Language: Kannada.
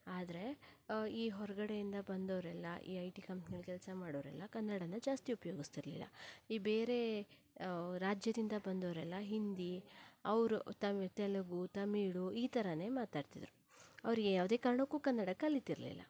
ಆದರೆ ಈ ಹೊರಗಡೆಯಿಂದ ಬಂದೋರೆಲ್ಲ ಈ ಐ ಟಿ ಕಂಪ್ನಿಲಿ ಕೆಲಸ ಮಾಡೋರೆಲ್ಲ ಕನ್ನಡನ ಜಾಸ್ತಿ ಉಪಯೋಗಿಸ್ತಿರ್ಲಿಲ್ಲ ಈ ಬೇರೆ ರಾಜ್ಯದಿಂದ ಬಂದವರೆಲ್ಲ ಹಿಂದಿ ಅವರು ತಮಿ ತೆಲುಗು ತಮಿಳು ಈ ಥರವೇ ಮಾತಾಡ್ತಿದ್ದರು ಅವರು ಯಾವುದೇ ಕಾರಣಕ್ಕೂ ಕನ್ನಡ ಕಲೀತಿರಲಿಲ್ಲ